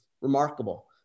remarkable